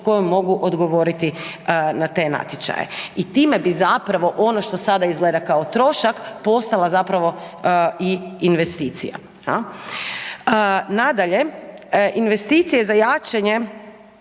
kojom mogu odgovoriti na te natječaje i time bi zapravo ono što sada izgleda kao trošak, postala zapravo i investicija. Nadalje, investicije za jačanje